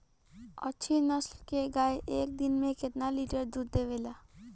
अच्छी नस्ल क गाय एक दिन में केतना लीटर दूध देवे ला?